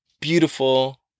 beautiful